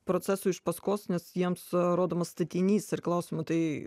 procesui iš paskos nes jiems rodomas statinys ir klausiama tai